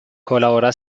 colabora